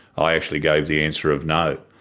i actually gave the answer of no.